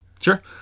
Sure